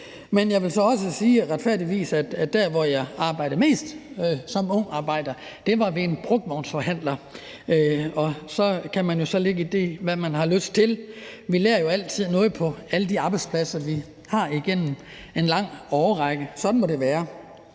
Men jeg vil så retfærdigvis også sige, at der, hvor jeg arbejdede mest som ungarbejder, var ved en brugtvognsforhandler. Så kan man så lægge det i det, hvad man har lyst til. Vi lærer jo altid noget på alle de arbejdspladser, vi har igennem en lang årrække; sådan må det være.